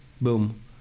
Boom